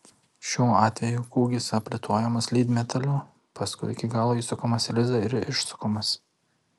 šiuo atveju kūgis aplituojamas lydmetaliu paskui iki galo įsukamas į lizdą ir išsukamas